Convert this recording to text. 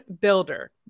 builder